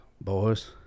boys